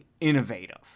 innovative